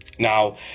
Now